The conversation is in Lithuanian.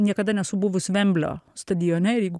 niekada nesu buvus vemblio stadione ir jeigu